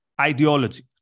ideology